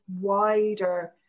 wider